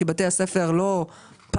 כי בתי הספר לא פעלו.